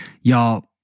y'all